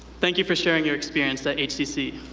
thank you for sharing your experience at hcc.